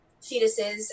fetuses